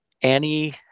Annie